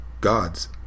God's